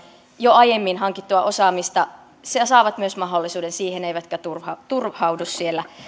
jo aiemmin hankittua osaamista saavat myös mahdollisuuden siihen eivätkä turhaudu turhaudu siellä